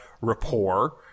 rapport